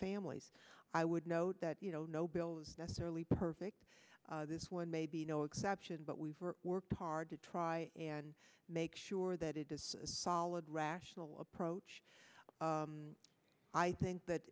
families i would note that you know no bill is necessarily perfect this one may be no exception but we've worked hard to try and make sure that it is a solid rational approach i think that